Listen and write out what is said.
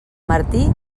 martí